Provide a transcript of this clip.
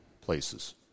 places